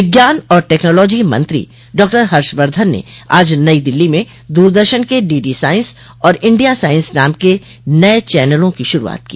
विज्ञान और टेक्नोलॉजी मंत्री डाक्टर हर्षवर्धन ने आज नई दिल्ली में दूरदर्शन के डीडीसाइंस और इंडिया साइंस नाम के नये चनलों की शुरूआत की